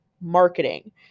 marketing